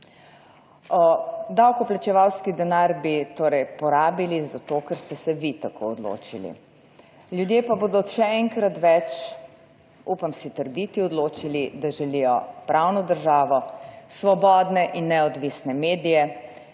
Davkoplačevalski denar bi torej porabili zato, ker ste se vi tako odločili. Ljudje pa bodo še enkrat več, upam si trditi, odločili, da želijo pravno državo, svobodne in neodvisne medije,